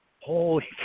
Holy